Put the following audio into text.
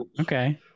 okay